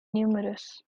numerous